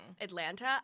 Atlanta